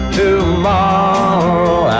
tomorrow